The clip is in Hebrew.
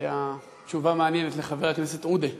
זו הייתה תשובה מעניינת לחבר הכנסת עוּדֵה.